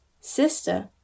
Sister